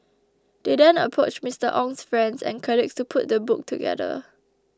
they then approached Mister Ong's friends and colleagues to put the book together